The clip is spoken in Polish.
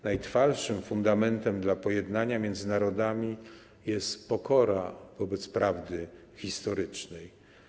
Najtrwalszym fundamentem pojednania między narodami jest pokora wobec prawdy historycznej.